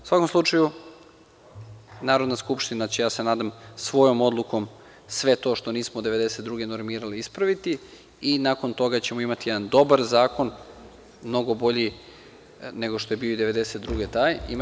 U svakom slučaju, Narodna skupština će, ja se nadam, svojom odlukom sve to što nismo od 1992. godine normirali ispraviti i nakon toga ćemo imati jedan dobar zakon, mnogo bolji nego što je bio i 1992. godine.